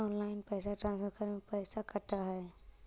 Online पैसा transfer करे में पैसा कटा है?